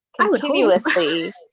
continuously